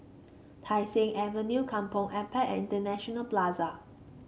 Tai Seng Avenue Kampong Ampat and International Plaza